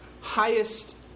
highest